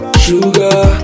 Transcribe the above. sugar